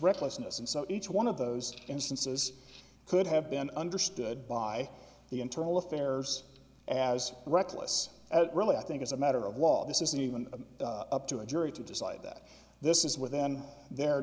recklessness and so each one of those instances could have been understood by the internal affairs as reckless at really i think as a matter of law this isn't even up to a jury to decide that this is within their